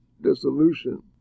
dissolution